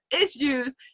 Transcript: issues